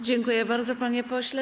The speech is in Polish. Dziękuję bardzo, panie pośle.